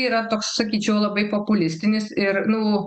yra toks sakyčiau labai populistinis ir nu